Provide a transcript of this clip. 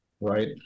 Right